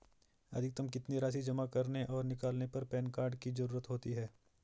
अधिकतम कितनी राशि जमा करने और निकालने पर पैन कार्ड की ज़रूरत होती है?